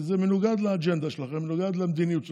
כי זה מנוגד לאג'נדה שלכם, מנוגד למדיניות שלכם.